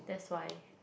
that's why